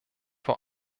vor